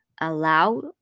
allow